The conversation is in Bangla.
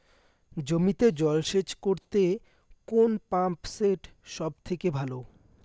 জমিতে জল সেচ করতে কোন পাম্প সেট সব থেকে ভালো?